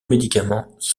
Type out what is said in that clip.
médicaments